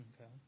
Okay